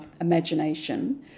imagination